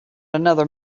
another